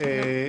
שבאה